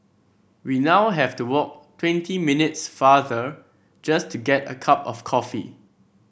we now have to walk twenty minutes farther just to get a cup of coffee